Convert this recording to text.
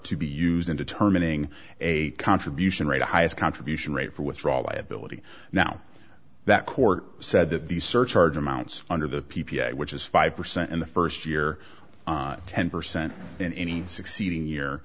to be used in determining a contribution rate highest contribution rate for withdraw liability now that court said that these surcharge amounts under the p p i which is five percent in the st year ten percent in any succeeding year